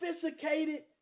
sophisticated